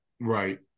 Right